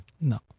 No